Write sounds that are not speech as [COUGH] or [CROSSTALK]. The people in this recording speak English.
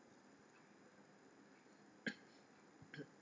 [COUGHS]